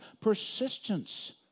persistence